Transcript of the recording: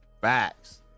facts